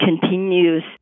continues